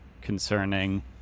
concerning